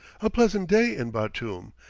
a pleasant day in batoum,